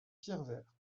pierrevert